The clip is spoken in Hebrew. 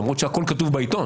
למרות שהכול כתוב בעיתון